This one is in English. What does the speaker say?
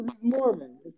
Mormon